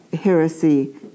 heresy